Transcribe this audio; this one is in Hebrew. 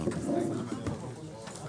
הישיבה ננעלה בשעה 10:47.